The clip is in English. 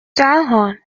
childhood